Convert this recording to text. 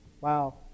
Wow